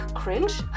cringe